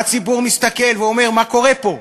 והציבור מסתכל ואומר: מה קורה פה?